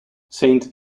saint